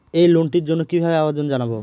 এই লোনটির জন্য কিভাবে আবেদন জানাবো?